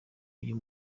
uyu